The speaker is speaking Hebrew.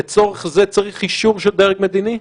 לצורך זה צריך אישור של דרג מדיני?